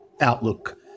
Outlook